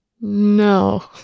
No